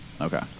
Okay